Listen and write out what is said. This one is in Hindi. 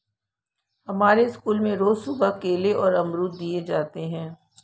हमें स्कूल में रोज सुबह केले और अमरुद दिए जाते थे